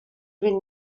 vint